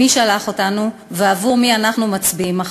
מי שלח אותנו ועבור מי אנחנו מצביעים מחר.